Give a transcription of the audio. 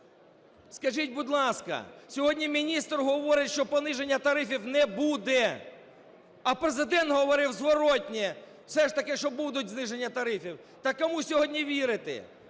Скажіть, будь ласка, сьогодні міністр говорить, що пониження тарифів не буде. А Президент говорив зворотне – все ж таки що будуть зниження тарифів. Так кому сьогодні вірити?